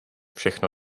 všechno